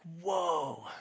whoa